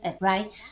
Right